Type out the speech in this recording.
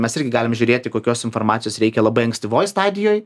mes irgi galie žiūrėti kokios informacijos reikia labai ankstyvoj stadijoj